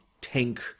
tank